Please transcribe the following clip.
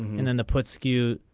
and then the put skew.